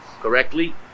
correctly